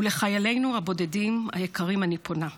ואל חיילינו הבודדים היקרים אני פונה: